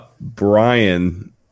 Brian